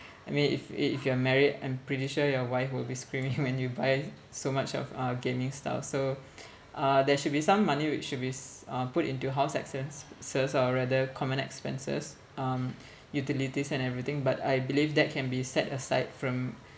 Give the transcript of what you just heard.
I mean if if you're married I'm pretty sure your wife will be screaming when you buy so much of uh gaming stuff so uh there should be some money which should be uh put into your house expenses or rather common expenses um utilities and everything but I believe that can be set aside from